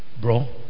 Bro